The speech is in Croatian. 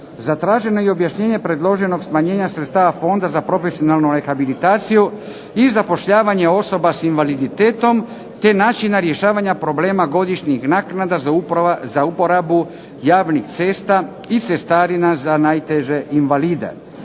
Zatraženo je i objašnjenje predloženog smanjenja sredstava Fonda za profesionalnu rehabilitaciju i zapošljavanje osoba s invaliditetom te načina rješavanja problema godišnjih naknada za uporabu javnih cesta i cestarina za najteže invalide.